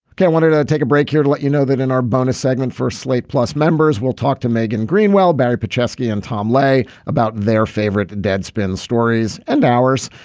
wanted to take a break here to let you know that in our bonus segment for slate plus members we'll talk to megan greenwell barry but chesky and tom lay about their favorite deadspin stories and ours.